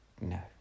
No